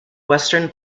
western